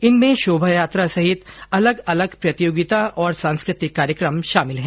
इनमें शोभायात्रा सहित अलग अलग प्रतियोगिता और सांस्कृतिक कार्यक्रम शामिल है